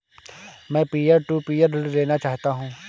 मैं peer to peer ऋण लेना चाहता हूँ